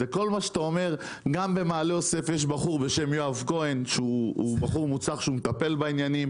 את זה; במעלה יוסף יש בחור בשם יואב כהן שמטפל לנו בעניינים